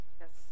yes